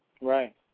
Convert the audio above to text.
Right